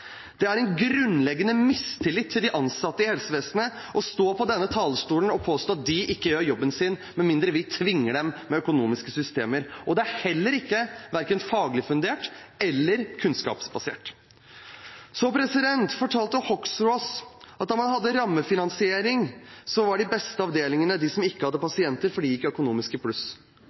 Det er en grunnleggende mistillit til de ansatte i helsevesenet å stå på denne talerstolen og påstå at de ikke gjør jobben sin med mindre vi tvinger dem med økonomiske systemer. Og det er verken faglig fundert eller kunnskapsbasert. Representanten Hoksrud fortalte oss at da man hadde rammefinansiering, var de beste avdelingene de som ikke hadde pasienter, fordi de gikk i pluss